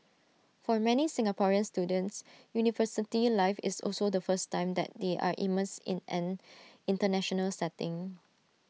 for many Singaporean students university life is also the first time that they are immersed in an International setting